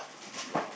plug